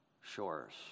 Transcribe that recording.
shores